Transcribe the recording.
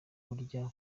burya